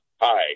Hi